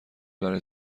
برای